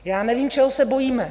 Já nevím, čeho se bojíme.